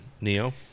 Neo